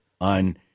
on